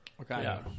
Okay